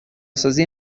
سازی